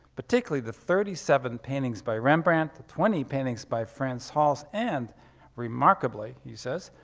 particularly the thirty seven paintings by rembrandt, twenty paintings by frans hals, and remarkably, he says,